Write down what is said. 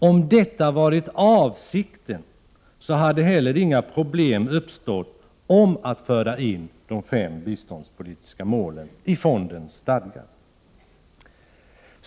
Om detta varit avsikten hade heller inga problem uppstått om att föra in de fem biståndsmålen i stadgarna.